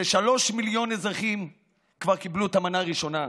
כשלושה מיליון אזרחים כבר קיבלו את המנה הראשונה,